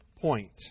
point